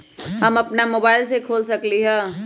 हम अपना मोबाइल से खोल सकली ह?